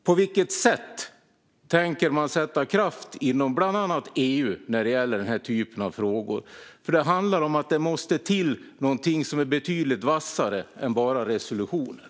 På vilket sätt tänker man sätta kraft inom bland annat EU när det gäller den här typen av frågor? Det måste till någonting som är betydligt vassare än bara resolutioner.